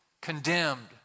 condemned